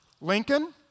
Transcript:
Lincoln